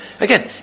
again